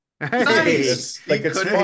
Nice